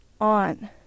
on